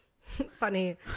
funny